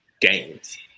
games